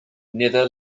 never